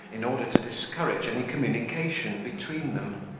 in order to discourage any communication between them.